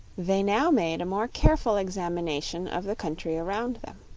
they now made a more careful examination of the country around them.